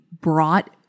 brought